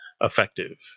effective